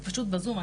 היא פשוט בזום,